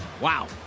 wow